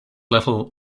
little